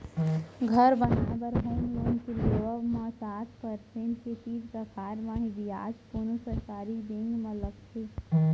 घर बनाए बर होम लोन के लेवब म सात परसेंट के तीर तिखार म ही बियाज कोनो सरकारी बेंक म लगथे